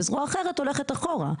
וזרוע אחרת הולכת אחורה.